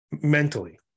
mentally